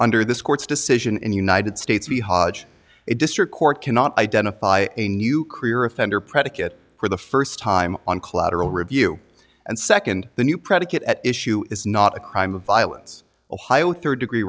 under this court's decision in the united states district court cannot identify a new career offender predicate for the first time on collateral review and second the new predicate at issue is not a crime of violence ohio third degree